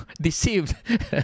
deceived